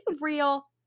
real